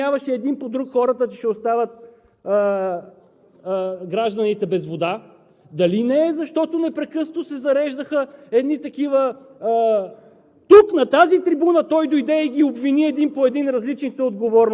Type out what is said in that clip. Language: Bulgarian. дали не е, защото той самият преди няколко седмици идваше тук и обвиняваше един през друг, че ще оставят гражданите без вода? Дали не е, защото непрекъснато се зареждаха едни такива